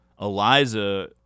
Eliza